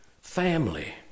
family